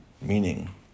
Meaning